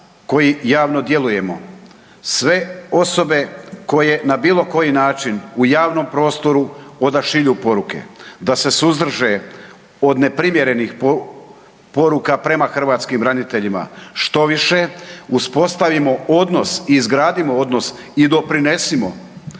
koji javno djelujemo, sve osobe koje na bilo koji način u javnom prostoru odašilju poruke da se suzdrže od neprimjerenih poruka prema hrvatskim braniteljima, štoviše uspostavimo odnos, izgradimo odnos i doprinesimo